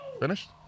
Finished